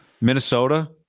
Minnesota